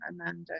Amanda